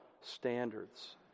standards